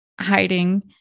hiding